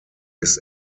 ist